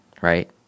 right